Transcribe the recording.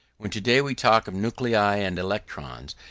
when today we talk of nuclei and electrons,